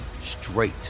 straight